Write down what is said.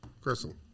Crystal